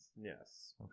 Yes